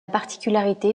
particularité